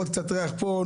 עוד קצת ריח פה.